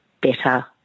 better